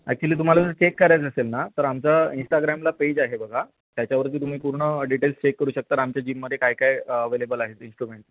actually तुम्हाला जर check करायचं नसेल ना तर आमचा इंस्टाग्रामला पेज आहे बघा त्याच्यावरती तुम्ही पूर्ण डिटेल्स चेक करू शकता तर आमच्या जिममध्ये काय काय अवेलेबल आहेत इन्स्ट्रुमेंट